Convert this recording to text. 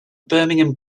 birmingham